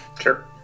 Sure